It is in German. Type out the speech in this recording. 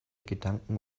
gedanken